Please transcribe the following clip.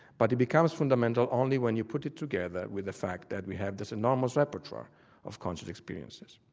but it becomes fundamental only when you put it together with the fact that we have this enormous repertoire of conscious experiences.